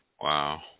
Wow